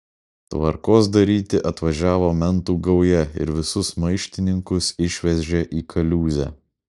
tvarkos daryti atvažiavo mentų gauja ir visus maištininkus išvežė į kaliūzę